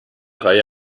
reihe